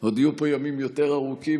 עוד יהיו פה ימים יותר ארוכים,